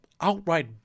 outright